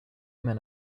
men